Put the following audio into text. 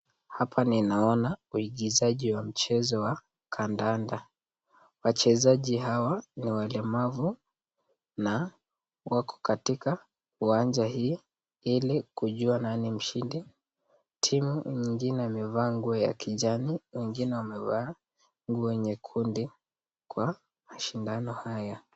Hapa ninaona waigizaji wa mchezo wa kandanda . Wachezaji hawa ni walemavu na wako katika uwanja hii ili kujua nani mshindi . Timu nyingine wamevaa nguo ya kijani wengine wamevaa nguo nyekundi kwa mashindano haya.